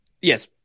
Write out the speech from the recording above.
yes